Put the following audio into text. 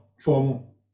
formal